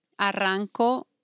Arranco